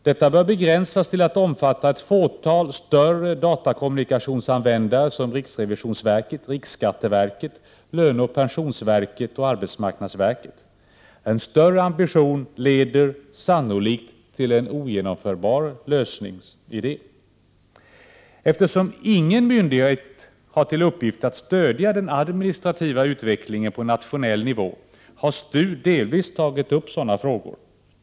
Detta bör begränsas till att omfatta ett fåtal större datakommunikationsanvändare såsom riksrevisionsverket, riksskatteverket, löneoch pensionsverket och arbetsmarknadsverket. En större ambition leder sannolikt till en ogenomförbar lösningsidé. Eftersom ingen myndighet har till uppgift att stödja den administrativa utvecklingen på nationell nivå har STU delvis tagit upp sådana frågor.